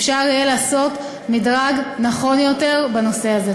אפשר יהיה לעשות מדרג נכון יותר בנושא הזה.